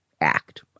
act